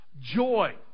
joy